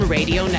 Radio